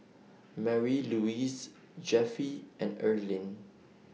Marylouise Jeffie and Earlene